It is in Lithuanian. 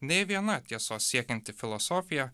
nei viena tiesos siekianti filosofija